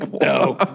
No